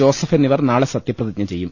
Joseph എന്നി വർ നാളെ സത്യപ്രതിജ്ഞ ചെയ്യും